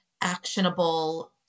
actionable